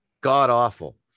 god-awful